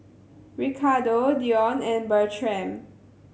Ricardo Dion and Bertram